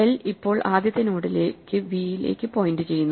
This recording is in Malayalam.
l ഇപ്പോൾ ആദ്യത്തെ നോഡിലേക്കു v ലേക്ക് പോയിന്റ് ചെയ്യുന്നു